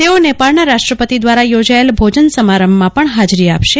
તેઓ નેપાળના રાષ્ટ્રપતિ દ્વારા યોજાયેલ ભોજપ સમારંભમાં પવ્ન હાજરી આપશે